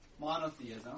monotheism